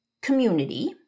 community